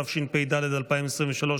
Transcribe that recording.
התשפ"ד 2023,